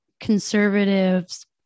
conservatives